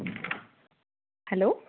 hello